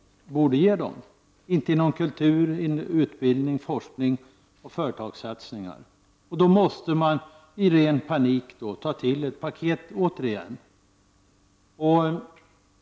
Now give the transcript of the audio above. Det gäller inom kultur, utbildning, forskning och i fråga om företagssatsningar. Då måste regeringen i ren panik återigen åstadkomma ett paket.